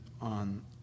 on